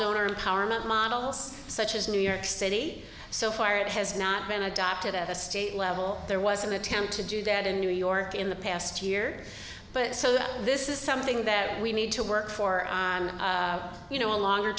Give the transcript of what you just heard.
donor empowerment models such as new york city so far it has not been adopted at the state level there was an attempt to do that in new york in the past year but so that this is something that we need to work for you know a longer